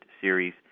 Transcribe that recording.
Series